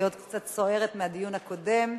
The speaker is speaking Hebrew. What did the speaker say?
אני עוד קצת סוערת מהדיון הקודם,